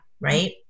right